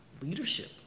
leadership